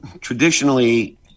Traditionally